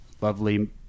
lovely